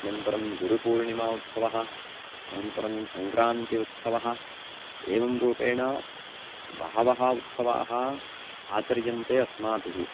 अनन्तरं गुरुपूर्णिमा उत्सवः अनन्तरं सङ्क्रान्ति उत्सवः एवं रूपेण बहवः उत्सवाः आचर्यन्ते अस्माभिः